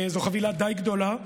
זו חבילה די גדולה,